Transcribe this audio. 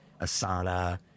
Asana